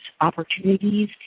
opportunities